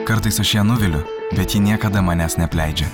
kartais aš ją nuviliu bet ji niekada manęs neapleidžia